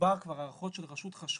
דובר כבר על הערכות של רשות חשמל,